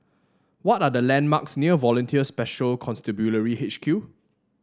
what are the landmarks near Volunteer Special Constabulary H Q